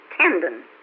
tendon